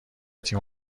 تیم